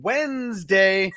Wednesday